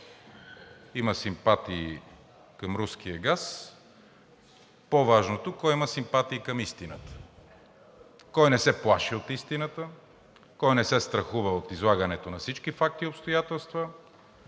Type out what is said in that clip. има симпатии към руския газ, по-важното, кой има симпатии към истината, кой не се плаши от истината, кой не се страхува от излагането на всички факти и обстоятелства.